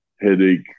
Headache